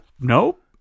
nope